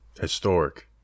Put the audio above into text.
Historic